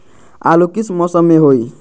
आलू किस मौसम में होई?